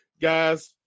guys